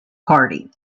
party